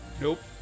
nope